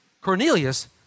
Cornelius